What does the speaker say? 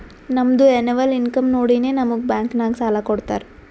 ನಮ್ದು ಎನ್ನವಲ್ ಇನ್ಕಮ್ ನೋಡಿನೇ ನಮುಗ್ ಬ್ಯಾಂಕ್ ನಾಗ್ ಸಾಲ ಕೊಡ್ತಾರ